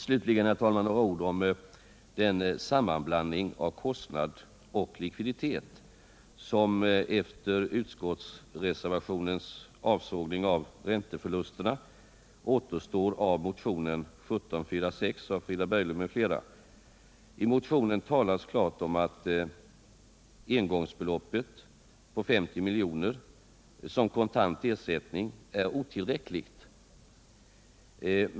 Slutligen några ord om den sammanblandning av kostnad och likviditet som efter utskottsreservationens avsågning av ränteförlusterna återstår av motionen 1746 av Frida Berglund m.fl, I motionen talas klart om att engångsbeloppet på 50 miljoner som kontant ersättning är otillräckligt.